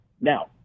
Now